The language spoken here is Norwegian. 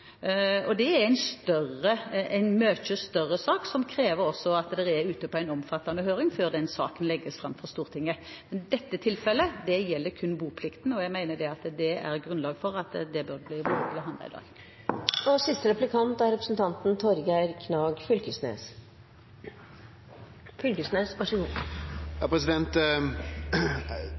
trossamfunn. Det er en mye større sak, som krever en omfattende høring før den legges fram for Stortinget. Dette tilfellet gjelder kun boplikten, og jeg mener at det er grunnlag for at det blir behandlet i dag. Dette gjeld jo opphevinga av buplikta og kompensasjonen og overføringa som det medførte. Det er éin ting. Så